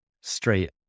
straight